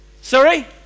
Sorry